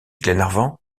glenarvan